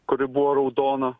kuri buvo raudona